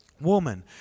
Woman